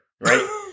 right